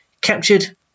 Captured